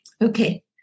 Okay